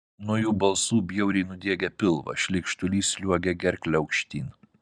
nuo jų balsų bjauriai nudiegia pilvą šleikštulys sliuogia gerkle aukštyn